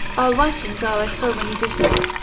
our writings are as so many dishes,